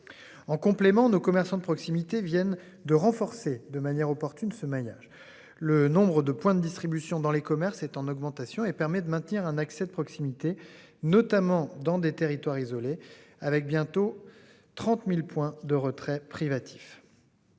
En complément, commerçants de proximité viennent de renforcer de manière opportune ce maillage. Le nombre de points de distribution dans les commerces est en augmentation et permet de maintenir un accès de proximité, notamment dans des territoires isolés avec bientôt 30.000 points de retrait privatifs.